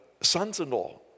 sons-in-law